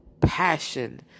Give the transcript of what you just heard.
passion